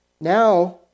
now